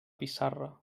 pissarra